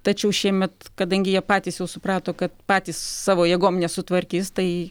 tačiau šiemet kadangi jie patys jau suprato kad patys savo jėgom nesutvarkys tai